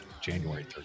January